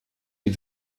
die